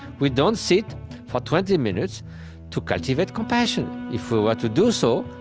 we don't sit for twenty minutes to cultivate compassion. if we were to do so,